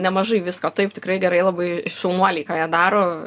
nemažai visko taip tikrai gerai labai šaunuoliai ką jie daro